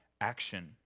action